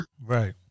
Right